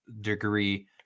degree